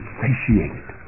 satiated